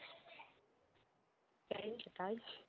ᱠᱟᱴᱟᱣᱤᱧ